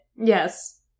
Yes